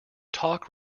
talk